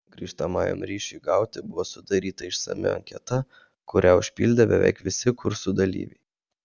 grįžtamajam ryšiui gauti buvo sudaryta išsami anketa kurią užpildė beveik visi kursų dalyviai